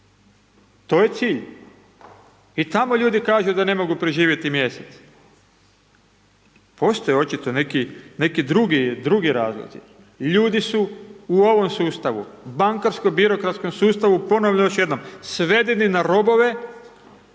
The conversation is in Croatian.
To je cilj i tamo ljudi kažu da ne mogu preživjeti mjesec. Postoji očito neki drugi, neki drugi razlozi. Ljudi su u ovom sustavu, bankarsko birokratskom sustavu, ponovno još jednom, svedeni na robove